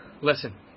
listen